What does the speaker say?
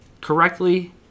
correctly